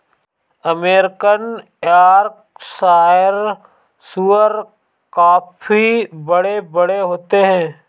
American Yorkshire सूअर काफी बड़े बड़े होते हैं